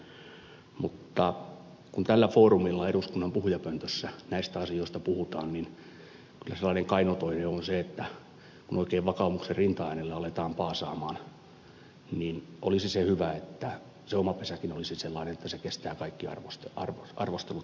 mutta kun tällä foorumilla eduskunnan puhujapöntössä näistä asioista puhutaan niin kyllä sellainen kaino toive on että kun oikein vakaumuksen rintaäänellä aletaan paasata niin olisi hyvä että se oma pesäkin olisi sellainen että se kestää kaikki arvostelut ja arvioinnit